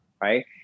right